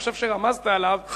ואני חושב שרמזת עליו,